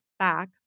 Back